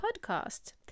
podcast